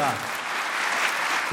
אני מתכבד להזמין, לא, לא, אחר כך.